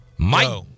Mike